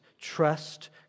trust